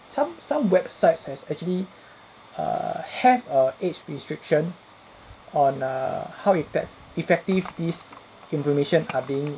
some some websites has actually err have a age restriction on err how ettec~ effective this information are being